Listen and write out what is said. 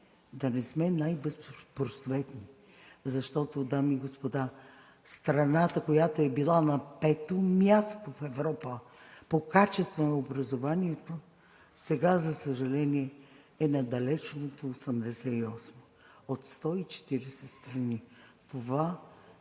да не сме най-безпросветни. Защото, дами и господа, страната, която е била на пето място в Европа по качество на образованието, сега, за съжаление, е на далечното 88-о от 140 страни. Това